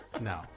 no